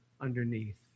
underneath